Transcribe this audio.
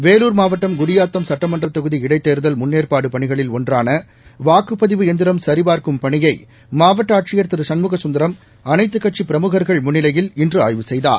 வேலூர் மாவட்டம் குடியாத்தம் சட்டமன்ற தொகுதி இடைத்தேர்தல் முன்னேற்பாடு பணிகளில் ஒன்றான வாக்குப்பதிவு எந்திரம் சரிபார்க்கும் பணியை மாவட்ட ஆட்சியர் திரு சண்முகசுந்தரம் அனைத்துக் கட்சி பிரமுகா்கள் முன்னிலையில் இன்று ஆய்வு செய்தார்